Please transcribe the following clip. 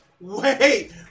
Wait